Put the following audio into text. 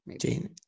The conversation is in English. jane